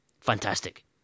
Fantastic